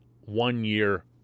one-year